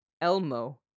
Elmo